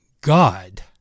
God